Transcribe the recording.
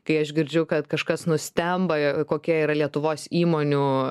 kai aš girdžiu kad kažkas nustemba kokia yra lietuvos įmonių